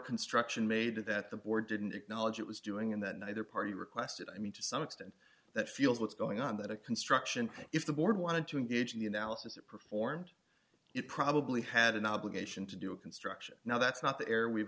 construction made that the board didn't acknowledge it was doing and that neither party requested i mean to some extent that feels what's going on that a construction if the board wanted to engage in the analysis performed it probably had an obligation to do a construction now that's not the air